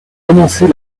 annoncez